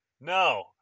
No